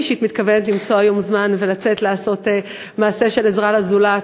אני אישית מתכוונת למצוא היום זמן ולצאת לעשות מעשה של עזרה לזולת,